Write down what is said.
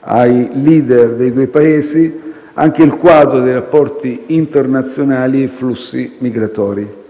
ai *leader* dei due Paesi - il quadro dei rapporti internazionali e i flussi migratori.